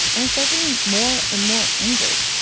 and i start getting more and more angry.